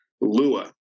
lua